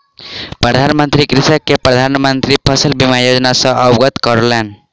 प्रधान मंत्री कृषक के प्रधान मंत्री फसल बीमा योजना सॅ अवगत करौलैन